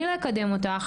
אני לא אקדם אותך,